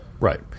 right